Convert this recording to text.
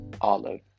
Olive